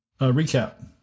recap